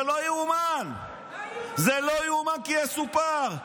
זה לא יאומן, לא יאומן כי יסופר.